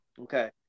okay